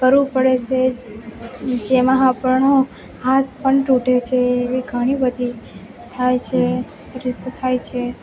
કરવું પડે છે જેમાં આપણો હાથ પણ ટૂટે છે એવી ઘણીબધી થાય છે એ રીતે થાય છે